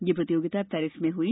यह प्रतियोगिता पेरिस में हुई